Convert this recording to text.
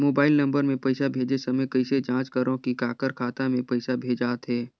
Mobile number मे पइसा भेजे समय कइसे जांच करव की काकर खाता मे पइसा भेजात हे?